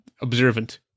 observant